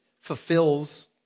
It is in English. fulfills